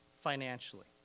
financially